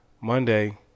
Monday